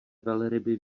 velryby